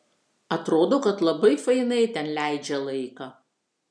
atrodo kad labai fainai ten leidžia laiką